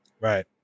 Right